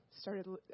started